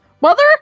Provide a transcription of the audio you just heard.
Mother